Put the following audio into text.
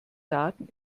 daten